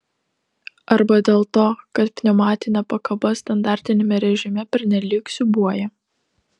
arba dėl to kad pneumatinė pakaba standartiniame režime pernelyg siūbuoja